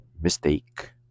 mistake